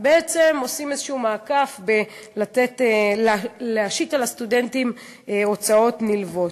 הן בעצם עושות מעקף כדי להשית על הסטודנטים הוצאות נלוות.